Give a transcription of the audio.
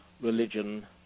religion